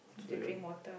so you're